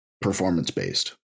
performance-based